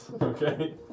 Okay